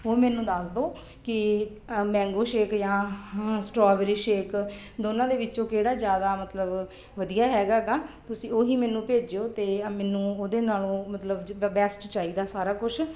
ਉਹ ਮੈਨੂੰ ਦੱਸ ਦਿਓ ਕਿ ਮੈਂਗੋ ਸ਼ੇਕ ਜਾਂ ਸਟਰੋਬਰੀ ਸ਼ੇਕ ਦੋਨਾਂ ਦੇ ਵਿੱਚੋਂ ਕਿਹੜਾ ਜ਼ਿਆਦਾ ਮਤਲਬ ਵਧੀਆ ਹੈਗਾ ਗਾ ਤੁਸੀਂ ਉਹ ਹੀ ਮੈਨੂੰ ਭੇਜਿਓ ਅਤੇ ਆਹ ਮੈਨੂੰ ਉਹਦੇ ਨਾਲੋਂ ਮਤਲਬ ਜਿੱਦਾਂ ਬੈਸਟ ਚਾਹੀਦਾ ਸਾਰਾ ਕੁਛ